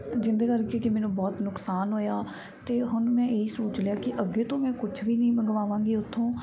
ਜਿਸਦੇ ਕਰਕੇ ਕਿ ਮੈਨੂੰ ਬਹੁਤ ਨੁਕਸਾਨ ਹੋਇਆ ਤੇ ਹੁਣ ਮੈਂ ਇਹ ਹੀ ਸੋਚ ਲਿਆ ਕਿ ਅੱਗੇ ਤੋਂ ਮੈਂ ਕੁਛ ਵੀ ਨਹੀਂ ਮੰਗਵਾਵਾਂਗੀ ਉੱਥੋਂ